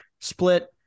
split